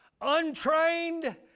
untrained